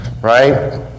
right